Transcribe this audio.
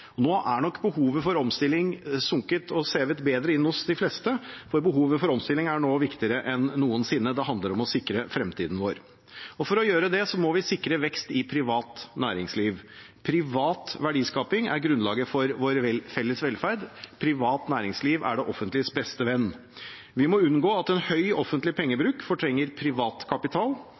Nå er nok behovet for omstilling sunket bedre inn hos de fleste, for behovet for omstilling er nå viktigere enn noensinne. Det handler om å sikre fremtiden vår. For å gjøre det må vi sikre vekst i privat næringsliv. Privat verdiskaping er grunnlaget for vår felles velferd. Privat næringsliv er det offentliges beste venn. Vi må unngå at en høy offentlig pengebruk fortrenger privat kapital,